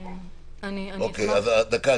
דקה,